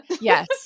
Yes